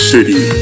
City